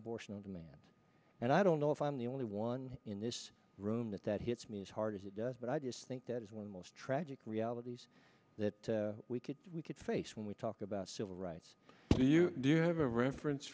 abortion on demand and i don't know if i'm the only one in this room that that hits me as hard as it does but i just think that is when the most tragic realities that we could we could face when we talk about civil rights you do have a reference